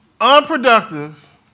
Unproductive